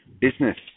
Business